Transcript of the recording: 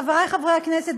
חברי חברי הכנסת,